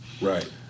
Right